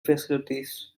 facilities